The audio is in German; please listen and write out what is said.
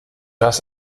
das